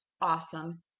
awesome